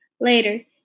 Later